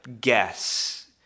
guess